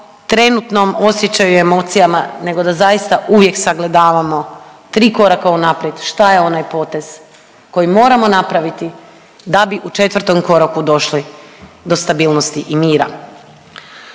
trenutnom osjećaju i emocijama, nego da zaista uvijek sagledavamo tri koraka unaprijed što je onaj potez koji moramo napraviti da bi u četvrtom koraku došli do stabilnosti i mira.